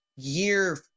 year